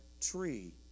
tree